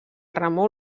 remou